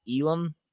Elam